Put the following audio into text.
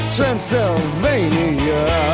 Transylvania